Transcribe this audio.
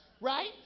right